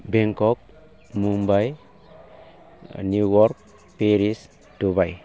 Bangkok Mumbai New York Paris Dubai